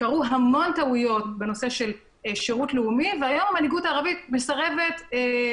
קרו המון טעויות בנושא של שירות לאומי והיום מנהיגות הערבית לא נמצאת